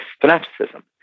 fanaticism